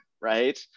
right